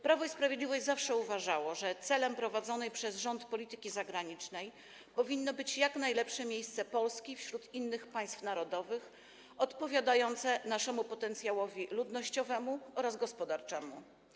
Prawo i Sprawiedliwość zawsze uważało, że celem prowadzonej przez rząd polityki zagranicznej powinno być jak najlepsze miejsce Polski wśród innych państw narodowych, odpowiadające naszemu potencjałowi ludnościowemu oraz gospodarczemu.